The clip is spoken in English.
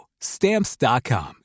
stamps.com